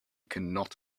cannot